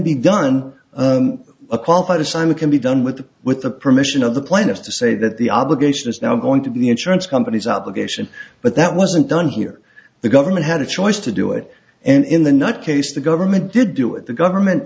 be done a qualified assignment can be done with the with the permission of the plaintiff to say that the obligation is now going to the insurance companies out the geishas but that wasn't done here the government had a choice to do it and in the nut case the government did do it the government